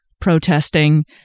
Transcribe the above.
protesting